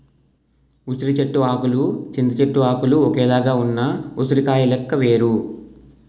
ఉసిరి చెట్టు ఆకులు చింత చెట్టు ఆకులు ఒక్కలాగే ఉన్న ఉసిరికాయ లెక్క వేరు